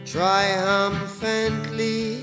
Triumphantly